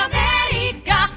America